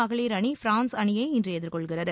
மகளிர் அணி பிரான்ஸ் அணியை இன்று எதிர்கொள்கிறது